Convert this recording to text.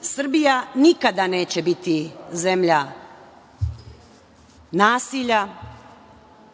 Srbija nikada neće biti zemlja nasilja,